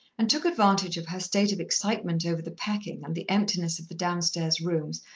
and took advantage of her state of excitement over the packing, and the emptiness of the downstair rooms,